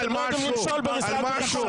אתם לא יודעים למשול במשרד הביטחון.